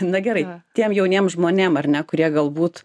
na gerai tiem jauniem žmonėm ar ne kurie galbūt